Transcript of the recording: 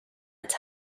its